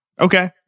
Okay